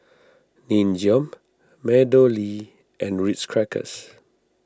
Nin Jiom MeadowLea and Ritz Crackers